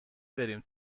بریم